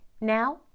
Now